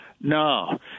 No